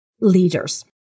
leaders